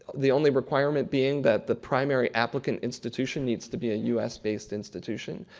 the only requirement being that the primary applicant institution needs to be a u s. based institution.